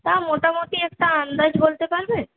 তা মোটামুটি একটা আন্দাজ বলতে পারবে